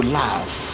laugh